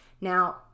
Now